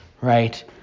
right